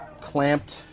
clamped